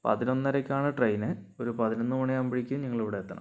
പതിനൊന്നരയ്ക്കാണ് train ഒരു പതിനൊന്ന് മണിയാവുമ്പോഴുക്കും നിങ്ങളിവിടെ എത്തണം